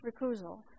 recusal